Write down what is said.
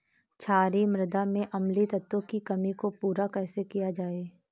क्षारीए मृदा में अम्लीय तत्वों की कमी को पूरा कैसे किया जाए?